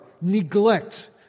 neglect